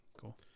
cool